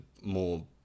more